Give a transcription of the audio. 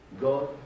God